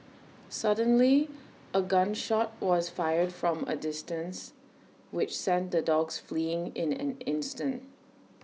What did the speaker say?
suddenly A gun shot was fired from A distance which sent the dogs fleeing in an instant